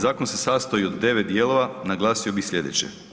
Zakon se sastoji od 9 dijelova, naglasio bih sljedeće.